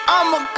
I'ma